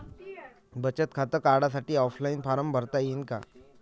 बचत खातं काढासाठी ऑफलाईन फारम भरता येईन का?